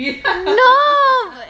no